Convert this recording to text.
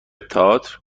تئاتر